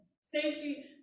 Safety